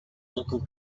local